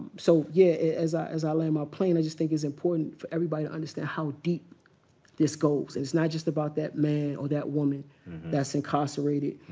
so yeah, as i as i lay my plan, i just think it's important for everybody to understand how deep this goes. it's not just about that man or that woman that's incarcerated.